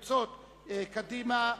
סיעות קדימה,